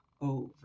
over